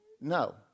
no